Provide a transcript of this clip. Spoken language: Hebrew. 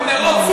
בטרור?